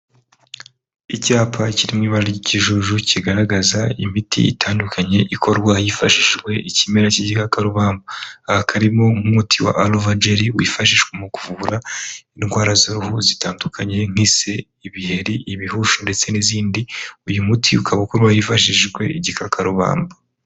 Icyapa kirimo ibara ry'ikijuju kigaragaza imiti itandukanye ikorwa hifashishijwe ikimera cy'igikarubamba ahakaba harimo nk'umuti wa Alva gelly wifashishwa mu kuvura indwara zabo zitandukanye nk'ise, ibiheri, ibihushi ndetse n'izindi uyu muti ukabakuru hifashishijwe igikakarubanda.